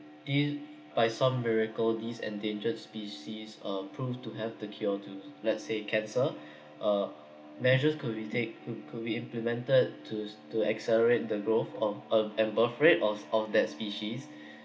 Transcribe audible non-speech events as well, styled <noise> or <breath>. if by some miracle these endangered species uh proved to have the cure to let's say cancer <breath> uh measures could be take could could be implemented to to accelerate the growth of a and birth rate of that species